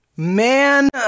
Man